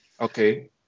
Okay